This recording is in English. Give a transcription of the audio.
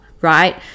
right